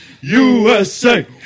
USA